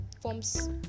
forms